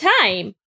time